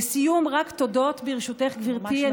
לסיום, רק תודות, בראשותך, גברתי.